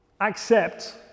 accept